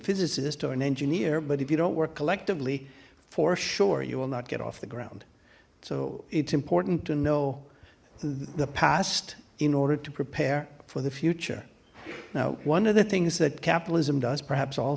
physicist or an engineer but if you don't work collectively for sure you will not get off the ground so it's important to know the past in order to prepare for the future now one of the things that capitalism does perhaps all